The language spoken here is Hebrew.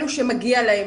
אלה שמגיע להם.